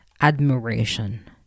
admiration